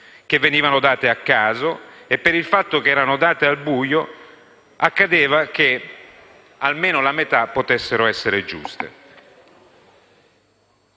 che venivano date a caso e, per il fatto che erano date al buio, accadeva che almeno la metà di esse potesse essere giusta.